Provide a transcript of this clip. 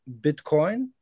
Bitcoin